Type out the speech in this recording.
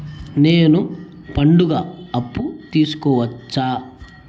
నేను పండుగ అప్పు తీసుకోవచ్చా?